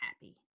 happy